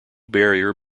barrier